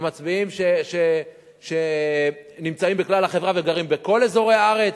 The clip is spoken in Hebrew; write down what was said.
ומצביעים שנמצאים בכלל החברה וגרים בכל אזורי הארץ,